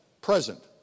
present